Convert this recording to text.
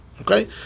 Okay